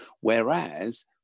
whereas